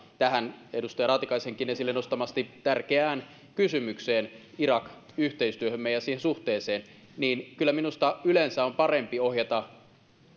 tähän edustaja raatikaisenkin esille nostamaan tärkeään kysymykseen irak yhteistyöhömme ja siihen suhteeseen niin kyllä minusta yleensä on parempi ohjata